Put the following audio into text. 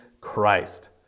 Christ